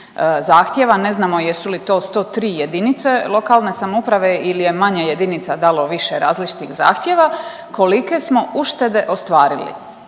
zahtjeva, ne znamo jesu li to 103 JLS ili je manje jedinica dalo više različitih zahtjeva, kolike smo uštede ostvarili,